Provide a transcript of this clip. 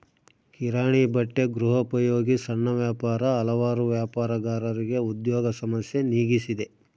ಕಿರಾಣಿ ಬಟ್ಟೆ ಗೃಹೋಪಯೋಗಿ ಸಣ್ಣ ವ್ಯಾಪಾರ ಹಲವಾರು ವ್ಯಾಪಾರಗಾರರಿಗೆ ಉದ್ಯೋಗ ಸಮಸ್ಯೆ ನೀಗಿಸಿದೆ